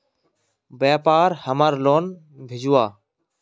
व्यापार हमार लोन भेजुआ?